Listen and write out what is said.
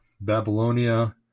Babylonia